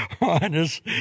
honest